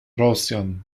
rosjan